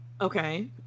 Okay